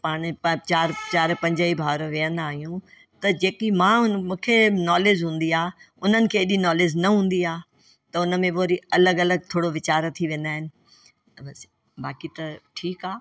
पाण ई चार चार पंज ई भाउर वेहंदा आहियूं त जेकी मां मूंखे नॉलेज हूंदी आहे उन्हनि खे एॾी नॉलेज न हूंदी आहे त हुन में वरी अलगि अलॻि थोरो वीचार थी वेंदा आहिनि बसि इहो बाक़ी त ठीकु आहे